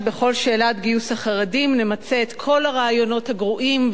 ובכל שאלת גיוס החרדים נמצה את כל הרעיונות הגרועים,